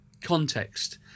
context